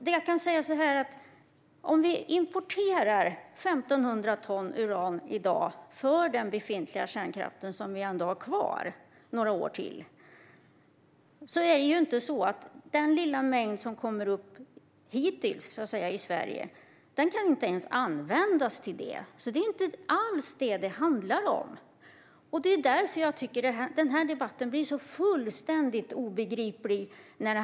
I dag importerar vi 1 500 ton uran för den befintliga kärnkraft som ändå kommer att finnas kvar några år till. Den lilla mängd uran som det här hittills handlar om kan inte ens användas till kärnkraft. Det är inte alls det som det handlar om. Det är därför som jag tycker att debatten om propositionen blir så fullständigt obegriplig.